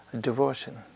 devotion